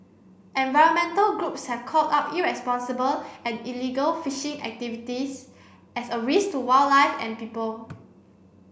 environmental groups have called out irresponsible and illegal fishing activities as a risk to wildlife and people